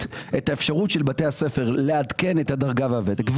את האפשרות של בתי הספר לעדכן את הדרגה והוותק.